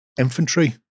infantry